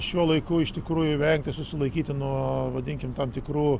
šiuo laiku iš tikrųjų vengti susilaikyti nuo vadinkim tam tikrų